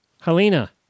Helena